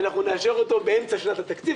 אנחנו נאשר אותו באמצע שנת התקציב,